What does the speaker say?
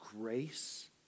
grace